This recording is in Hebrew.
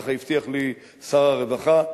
ככה הבטיח לי שר הרווחה,